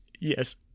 Yes